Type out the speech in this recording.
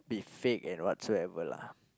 be fake and whatsoever lah